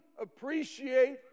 appreciate